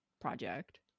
project